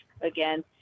again